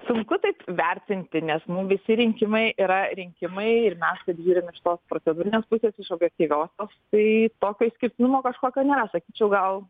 sunku taip vertinti nes mum visi rinkimai yra rinkimai ir mes kaip žiūrim iš tos procedūrinės pusės iš objektyviosios tai tokio išskirtinumo kažkokio nėra sakyčiau gal